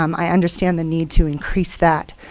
um i understand the need to increase that.